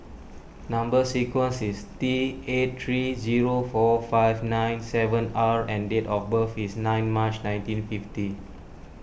Number Sequence is T eight three zero four five nine seven R and date of birth is nine March nineteen fifty